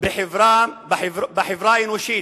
בחברה האנושית,